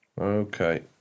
Okay